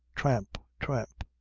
tramp, tramp.